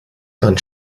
dann